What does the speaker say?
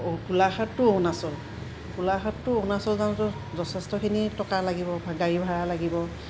গোলাঘাট টো অৰুণাচল গোলাঘাট টো অৰুণাচল যাওঁতে যথেষ্টখিনি টকা লাগিব গাড়ী ভাড়া লাগিব